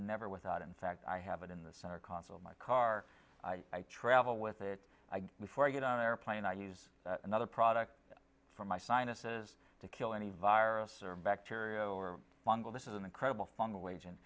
never without in fact i have it in the center console in my car i travel with it before i get on an airplane i use another product for my sinuses to kill any virus or bacteria or fungal this is an incredible fungal agent